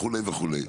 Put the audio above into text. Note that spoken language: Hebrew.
וכולה וכולה.